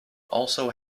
also